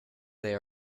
they